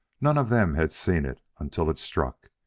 none of them had seen it until it struck,